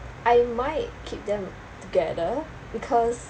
I might keep them together because